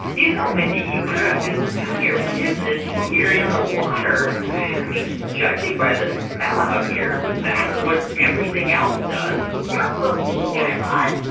you know, mindy, you could have just done your business here in the water. i mean, judging by the smell out here, that's what everything else does it's not for me, guy raz.